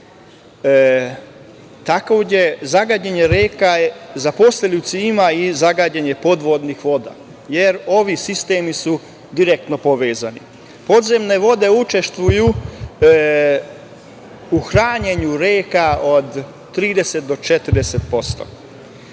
vodu. Takođe, zagađenje reka za posledicu ima i zagađenje podvodnih voda jer ovi sistemi su direktno povezani. Podzemne vode učestvuju u hranjenju reka od 30 do 40%.